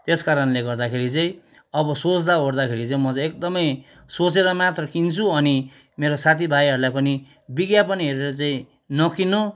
त्यसकारणले गर्दाखेरि चाहिँ अब सोच्दा ओर्दाखेरि चाहिँ म चाहिँ एकदमै सोचेर मात्र किन्छु अनि मेरो साथी भाइहरूलाई पनि विज्ञापन हेरेर चाहिँ नकिन्नू